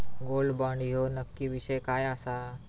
Gold bond ह्यो नक्की विषय काय आसा?